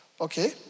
Okay